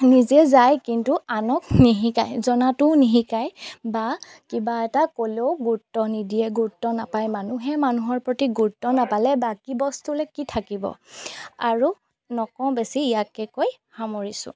নিজে যায় কিন্তু আনক নিশিকায় জনাটোও নিশিকায় বা কিবা এটা ক'লেও গুৰুত্ব নিদিয়ে গুৰুত্ব নাপায় মানুহে মানুহৰ প্ৰতি গুৰুত্ব নাপালে বাকী বস্তুলৈ কি থাকিব আৰু নকওঁ বেছি ইয়াকে কৈ সামৰিছোঁ